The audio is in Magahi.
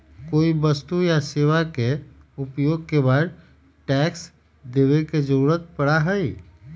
कोई वस्तु या सेवा के उपभोग के बदले टैक्स देवे के जरुरत पड़ा हई